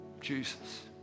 Jesus